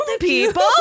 people